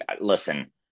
listen